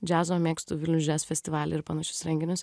džiazo mėgstu vilnius jazz festivalį ir panašius renginius